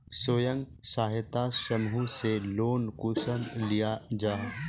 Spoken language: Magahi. स्वयं सहायता समूह से लोन कुंसम लिया जाहा?